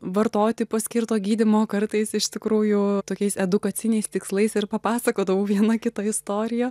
vartoti paskirto gydymo kartais iš tikrųjų tokiais edukaciniais tikslais ir papasakodavau vieną kitą istoriją